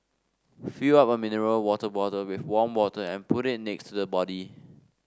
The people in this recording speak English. fill up a mineral water bottle with warm water and put it next to the body